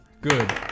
Good